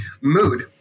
mood